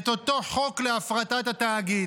את אותו חוק להפרטת התאגיד,